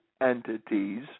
entities